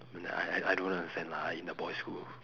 n~ I I I don't understand lah I in the boys' school